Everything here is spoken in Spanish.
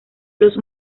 los